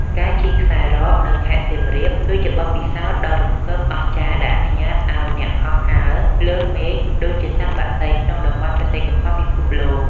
ការជិះខ្សែរ៉កនៅខេត្តសៀមរាប គឺជាបទពិសោធន៍ដ៏រំភើបអស្ចារ្យដែលអនុញ្ញាតឱ្យអ្នកហោះហើរលើមេឃដូចជាសត្វបក្សីក្នុងតំបន់បេតិកភណ្ឌពិភពលោក។